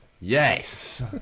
Yes